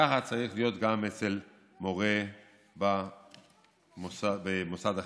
כך צריך להיות גם אצל מורה במוסד החינוך.